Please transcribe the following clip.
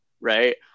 right